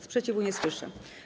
Sprzeciwu nie słyszę.